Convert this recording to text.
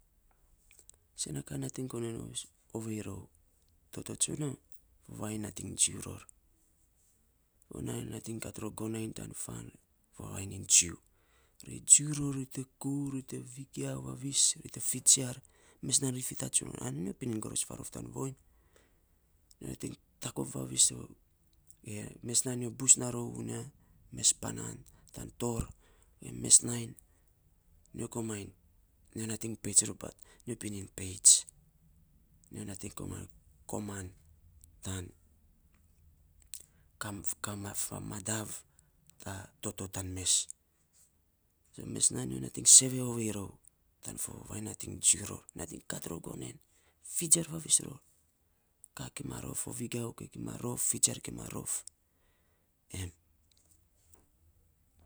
Sen na ka nating ovei rou toto tsonyo vain jiu ror. nating ko kat ror gonen tan fan fo vainy iny jiu, ri jiu ror, ri te kuu, ri te vegiau vavis, ri te fijiar. Mes nainy ri fifatsuts ror, ai nyo pinin goros farof tan voiny, nyo nating takop vavis mes nainy nyo bus vavis, ge mes nainy nyo bus naa rou uya mes panan tan torr mes nainy nyo nating peits rou bat, nyo pinin peits. Nyo nating komainy, koman tan a ma famadav ta toto tam mes. Mes nainy nyo nating, seeve ovei rou tan fo vainy nating ge jiu ror nating kat ror gonen fijiar vavis, ka kima rof fijiar gima rof, em.